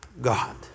God